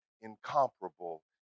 incomparable